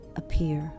appear